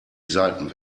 seiten